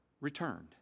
returned